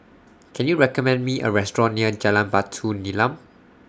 Can YOU recommend Me A Restaurant near Jalan Batu Nilam